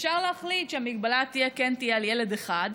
אפשר להחליט שהמגבלה כן תהיה על ילד אחד,